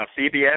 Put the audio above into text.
CBS